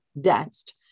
danced